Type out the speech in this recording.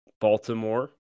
Baltimore